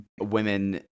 women